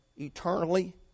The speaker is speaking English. eternally